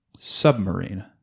Submarine